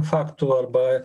faktų arba